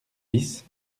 bis